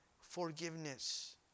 Forgiveness